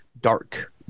dark